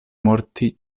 morti